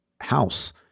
house